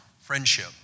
friendship